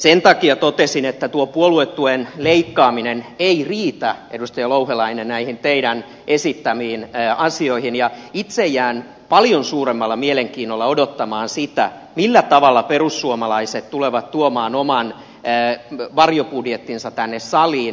sen takia totesin että tuo puoluetuen leikkaaminen ei riitä edustaja louhelainen näihin teidän esittämiinne asioihin ja itse jään paljon suuremmalla mielenkiinnolla odottamaan sitä millä tavalla perussuomalaiset tulevat tuomaan oman varjobudjettinsa tänne saliin